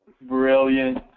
Brilliant